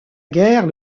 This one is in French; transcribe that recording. guerre